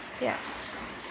Yes